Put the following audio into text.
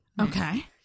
okay